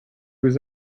was